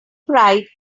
pride